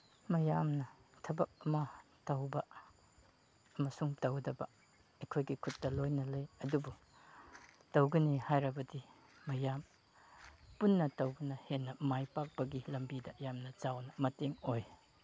ꯃꯌꯥꯝꯅ ꯊꯕꯛ ꯑꯃ ꯇꯧꯕ ꯑꯃꯁꯨꯡ ꯇꯧꯗꯕ ꯑꯩꯈꯣꯏꯒꯤ ꯈꯨꯠꯇ ꯂꯣꯏꯅ ꯂꯩ ꯑꯗꯨꯕꯨ ꯇꯧꯒꯅꯤ ꯍꯥꯏꯔꯕꯗꯤ ꯃꯌꯥꯝ ꯄꯨꯟꯅ ꯇꯧꯕꯅ ꯍꯦꯟꯅ ꯃꯥꯏ ꯄꯥꯛꯄꯒꯤ ꯂꯝꯕꯤꯗ ꯌꯥꯝꯅ ꯆꯥꯎꯅ ꯃꯇꯦꯡ ꯑꯣꯏ